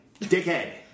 Dickhead